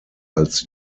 als